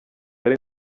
ari